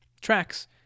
tracks